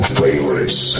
favorites